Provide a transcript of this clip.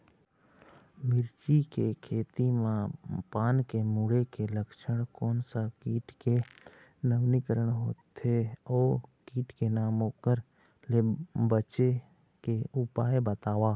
मिर्ची के खेती मा पान के मुड़े के लक्षण कोन सा कीट के नवीनीकरण होथे ओ कीट के नाम ओकर ले बचे के उपाय बताओ?